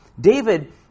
David